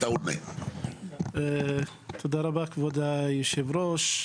תודה רבה כבוד היושב-ראש.